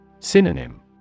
Synonym